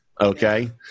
okay